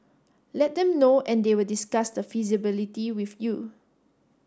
let them know and they will discuss the feasibility with you